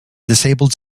disabled